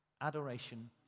Adoration